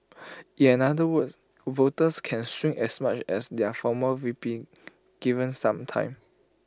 in another words voters can swing as much as their former V P given some time